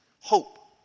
hope